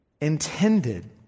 intended